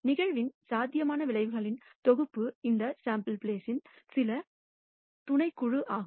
நிகழ்வின் சாத்தியமான விளைவுகளின் தொகுப்பு இந்த சேம்பிள் ப்ளேஸ் இன் சில துணைக்குழு ஆகும்